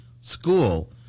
school